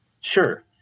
Sure